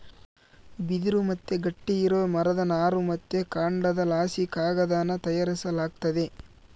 ಬಿದಿರು ಮತ್ತೆ ಗಟ್ಟಿ ಇರೋ ಮರದ ನಾರು ಮತ್ತೆ ಕಾಂಡದಲಾಸಿ ಕಾಗದಾನ ತಯಾರಿಸಲಾಗ್ತತೆ